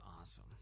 awesome